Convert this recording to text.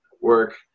work